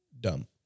dumb